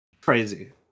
Crazy